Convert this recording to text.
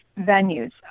venues